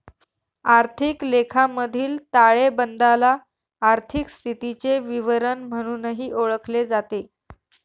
आर्थिक लेखामधील ताळेबंदाला आर्थिक स्थितीचे विवरण म्हणूनही ओळखले जाते